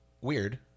weird